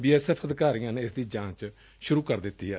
B S F ਅਧਿਕਾਰੀਆਂ ਨੇ ਇਸ ਦੀ ਜਾਂਚ ਸੁਰੂ ਕਰ ਦਿੱਤੀ ਏ